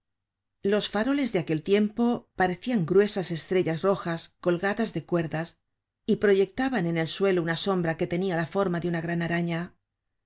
los faroles de aquel tiempo parecian gruesas estrellas rojas colgadas de cuerdas y proyectaban en el suelo una sombra que tenia la forma de una gran araña